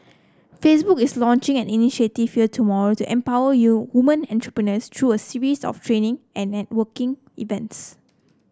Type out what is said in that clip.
Facebook is launching an initiative here tomorrow to empower women entrepreneurs through a series of training and networking events